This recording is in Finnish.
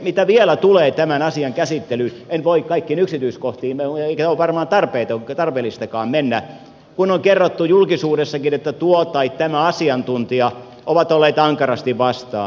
mitä vielä tulee tämän asian käsittelyyn en voi kaikkiin yksityiskohtiin eikä ole varmaan tarpeellistakaan mennä kun on kerrottu julkisuudessakin että tuo tai tämä asiantuntija on ollut ankarasti vastaan